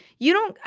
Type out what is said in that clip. you don't.